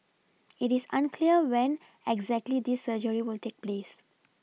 it is unclear when exactly this surgery will take place